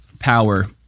power